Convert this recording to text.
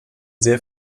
sehr